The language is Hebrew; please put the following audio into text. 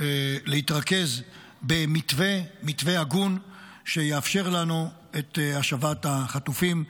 להתרכז במתווה הגון שיאפשר לנו את השבת החטופים,